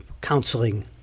counseling